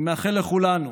אני מאחל לכולנו